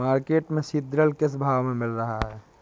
Market में सीद्रिल किस भाव में मिल रहा है?